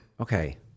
Okay